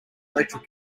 electric